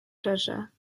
treasure